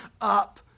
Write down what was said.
up